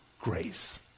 grace